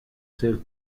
ser